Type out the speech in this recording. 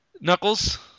knuckles